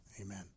amen